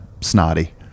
snotty